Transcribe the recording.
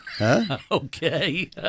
Okay